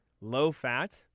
low-fat